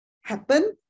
happen